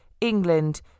England